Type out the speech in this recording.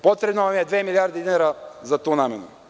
Potrebno vam je dve milijarde dinara za tu namenu.